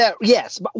Yes